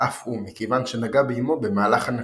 אף הוא מכיוון שנגע באמו במהלך הנקתו.